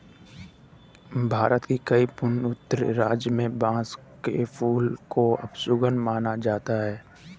भारत के कई पूर्वोत्तर राज्यों में बांस के फूल को अपशगुन माना जाता है